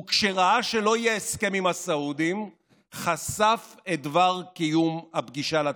וכשראה שלא יהיה הסכם עם הסעודים חשף את דבר קיום הפגישה לתקשורת.